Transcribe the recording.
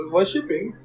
Worshipping